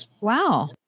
Wow